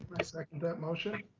i second that motion.